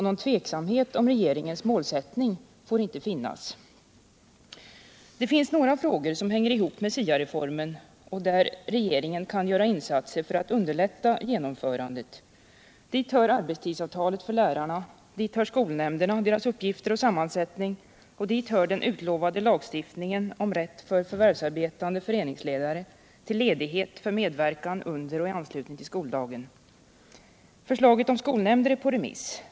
Något tvivel om regeringens mål får det inte råda. Det finns några frågor som hänger ihop med SIA-reformen och där regeringen kan göra insatser för att underlätta genomförandet. Dit hör arbetstidsavtalet för lärarna, skolnämnderna och deras uppgifter och sammansättning, och dit hör den utlovade lagen om rätt för förvärvsarbetande föreningsledare till ledighet för medverkan under och i anslutning till skoldagen. Förslaget om skolnämnder är på remiss.